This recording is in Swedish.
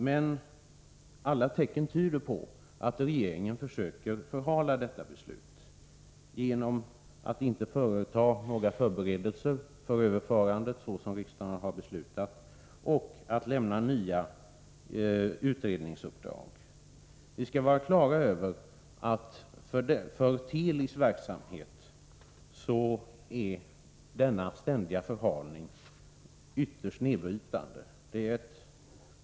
Men alla tecken tyder på att regeringen försöker förhala bolagsbildningen genom att inte göra några förberedelser för det överförande som riksdagen har beslutat om och genom att lämna nya utredningsuppdrag. Vi skall vara på det klara med att den ständiga förhalningen är ytterst nedbrytande för Telis verksamhet.